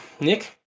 Nick